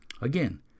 Again